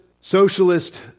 socialist